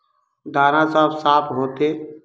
दाना सब साफ होते?